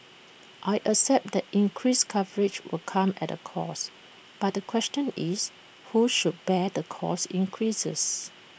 I accept that increased coverage will come at A cost but the question is who should bear the cost increases